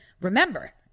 remember